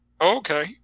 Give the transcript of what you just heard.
okay